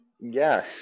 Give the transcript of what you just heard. Yes